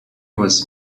was